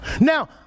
now